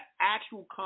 actual